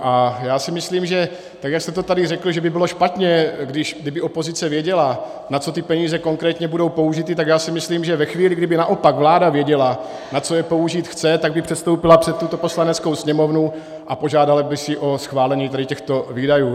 A já si myslím, že tak jak jste to tady řekl, že by bylo špatně, kdyby opozice věděla, na co ty peníze konkrétně budou použity, tak já si myslím, že ve chvíli, kdyby naopak vláda věděla, na co je použít chce, tak by předstoupila před tuto Poslaneckou sněmovnu a požádala by ji o schválení tady těchto výdajů.